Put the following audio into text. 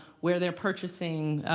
where they're purchasing,